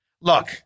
Look